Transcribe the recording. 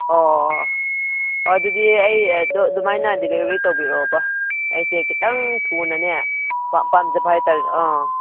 ꯑꯣ ꯑꯗꯨꯗꯤ ꯑꯩ ꯑꯗꯨꯃꯥꯏꯅ ꯗꯤꯂꯤꯕꯔꯤ ꯇꯧꯕꯤꯔꯛꯑꯣꯕ ꯑꯩꯁꯦ ꯈꯤꯇꯪ ꯊꯨꯅꯅꯦ ꯄꯥꯝꯖꯕ ꯍꯥꯏꯇꯥꯔꯦ ꯑꯥ